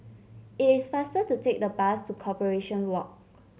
it is faster to take the bus to Corporation Walk